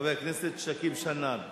חבר הכנסת שכיב שנאן,